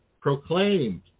proclaimed